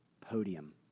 podium